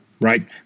right